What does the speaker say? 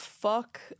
Fuck